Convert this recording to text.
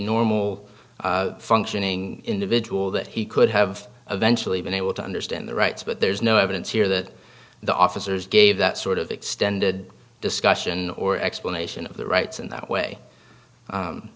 normal functioning individual that he could have eventually been able to understand the rights but there's no evidence here that the officers gave that sort of extended discussion or explanation of the rights in that way